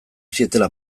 zietela